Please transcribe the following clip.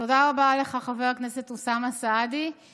תודה רבה לך, חבר הכנסת אוסאמה סעדי.